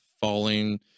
falling